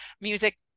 music